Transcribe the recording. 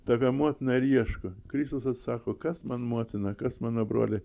tave motina ir ieško kristus atsako kas man motina kas mano broliai